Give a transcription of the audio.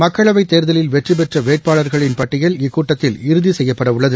மக்களவைத் தேர்தலில் வெற்றிபெற்ற வேட்பாளர்களின் பட்டியடில் இக்கூட்டத்தில் இறுதி செய்யப்படவுள்ளது